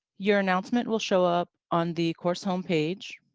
your announcement will show up on the course home page.